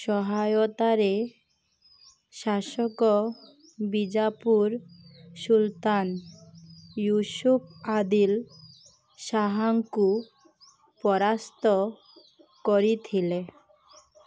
ସହାୟତାରେ ଶାସକ ବିଜାପୁର ସୁଲତାନ ୟୁସୁଫ ଆଦିଲ ଶାହାଙ୍କୁ ପରାସ୍ତ କରିଥିଲେ